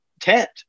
tent